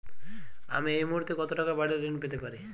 আমি এই মুহূর্তে কত টাকা বাড়ীর ঋণ পেতে পারি?